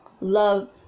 love